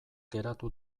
geratu